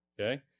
Okay